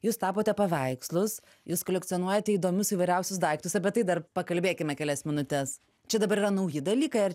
jūs tapote paveikslus jūs kolekcionuojate įdomius įvairiausius daiktus apie tai dar pakalbėkime kelias minutes čia dabar yra nauji dalykai ar